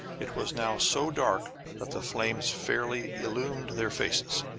it was now so dark that the flames fairly illumined their faces.